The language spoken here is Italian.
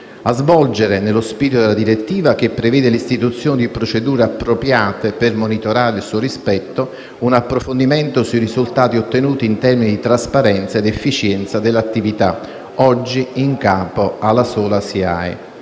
a svolgere, nello spirito della direttiva 2014/26/UE, che prevede l'istituzione di procedure appropriate per monitorare il suo rispetto, un approfondimento sui risultati ottenuti in termini di trasparenza ed efficienza dell'attività oggi in capo alla sola SIAE,